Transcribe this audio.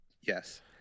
Yes